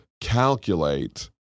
calculate